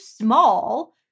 small